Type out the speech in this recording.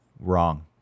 wrong